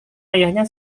ayahnya